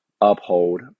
Uphold